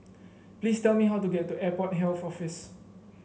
please tell me how to get to Airport Health Office